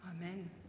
Amen